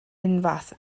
unfath